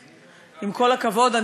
עם כל הכבוד,